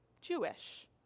Jewish